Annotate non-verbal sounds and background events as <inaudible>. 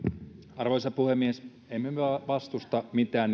arvoisa puhemies emme me vastusta mitään <unintelligible>